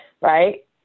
right